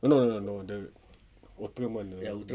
no no no the outram one